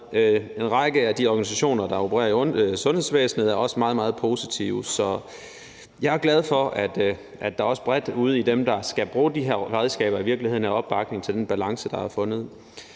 en række af de organisationer, der opererer i sundhedsvæsenet, er også meget, meget positive. Så jeg er glad for, at der også bredt ude blandt dem, der skal bruge de her redskaber, er opbakning bag den balance, der er fundet.